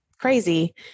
crazy